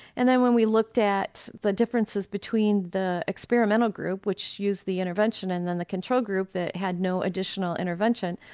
and then when we looked at the differences between the experimental group which used the intervention and then the control group that had no additional intervention,